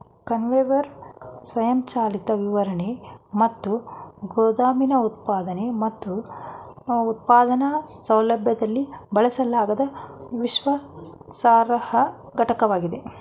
conveyor ಸ್ವಯಂಚಾಲಿತ ವಿತರಣೆ ಮತ್ತು ಗೋದಾಮಿನ ಉತ್ಪಾದನೆ ಮತ್ತು ಉತ್ಪಾದನಾ ಸೌಲಭ್ಯದಲ್ಲಿ ಬಳಸಲಾಗುವ ವಿಶ್ವಾಸಾರ್ಹ ಘಟಕವಾಗಿದೆ